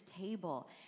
table